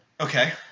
Okay